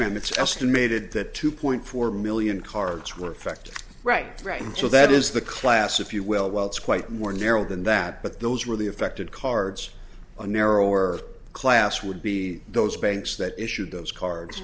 it's estimated that two point four million cards were affected right right so that is the class if you will well it's quite more narrow than that but those really affected cards on narrower class would be those banks that issued those cards